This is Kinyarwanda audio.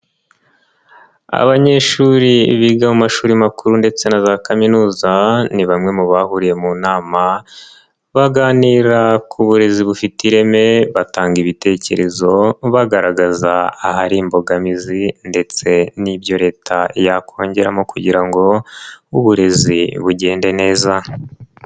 Abanyeshuri biga mu mashuri makuru ndetse na za kaminuza, ni bamwe mu bahuriye mu nama, baganira ku burezi bufite ireme, batanga ibitekerezo, bagaragaza ahari imbogamizi ndetse n'ibyo leta yakongeramo kugira ngo uburezi bugende neza.